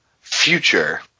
future